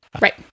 Right